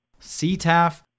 CTAF